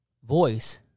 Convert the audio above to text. Voice